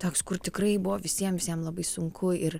toks kur tikrai buvo visiem visiem labai sunku ir